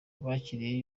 bakiriye